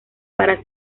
para